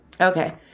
Okay